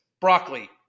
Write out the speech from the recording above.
broccoli